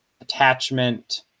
attachment